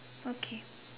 okay